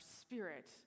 spirit